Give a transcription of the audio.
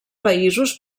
països